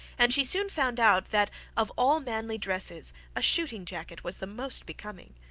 and she soon found out that of all manly dresses a shooting-jacket was the most becoming.